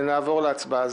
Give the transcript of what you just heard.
נעבור להצבעה על